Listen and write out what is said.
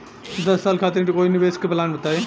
दस साल खातिर कोई निवेश के प्लान बताई?